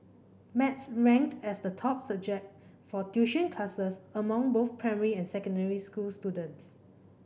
maths ranked as the top subject for tuition classes among both primary and secondary school students